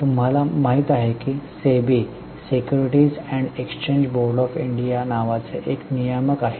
तुम्हाला माहिती आहे की SEBI securities and exchange board of India नावाचे एक नियामक आहे